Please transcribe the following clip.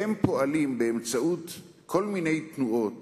הם פועלים באמצעות כל מיני תנועות